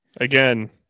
Again